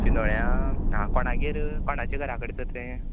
शिंदोळ्या आं कोणागेर कोणाचे घरा कडे तर तें